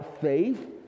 faith